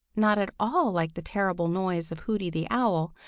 not at all like the terrible voice of hooty the owl,